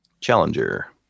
Challenger